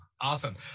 Awesome